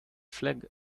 flag